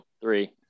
three